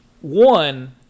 One